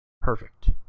Perfect